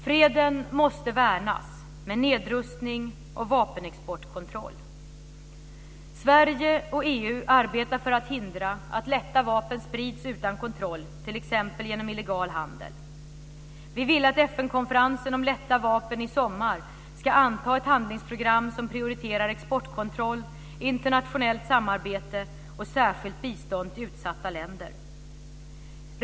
Freden måste värnas, med nedrustning och vapenexportkontroll. Sverige och EU arbetar för att hindra att lätta vapen sprids utan kontroll, t.ex. genom illegal handel. Vi vill att FN-konferensen om lätta vapen i sommar ska anta ett handlingsprogram som prioriterar exportkontroll, internationellt samarbete och särskilt bistånd till utsatta länder.